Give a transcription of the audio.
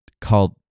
called